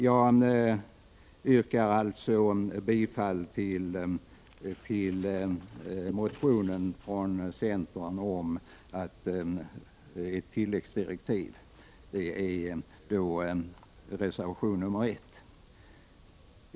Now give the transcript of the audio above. Jag yrkar alltså bifall till reservation 1 om tilläggsdirektiv.